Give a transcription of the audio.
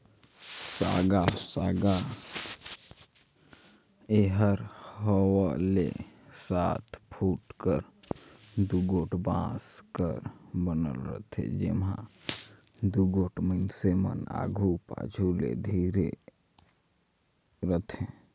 साँगा साँगा एहर छव ले सात फुट कर दुगोट बांस कर बनल रहथे, जेम्हा दुगोट मइनसे मन आघु पाछू ले धरे रहथे